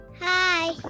Hi